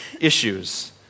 issues